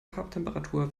farbtemperatur